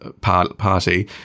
party